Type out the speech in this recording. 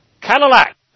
Cadillac